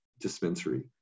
dispensary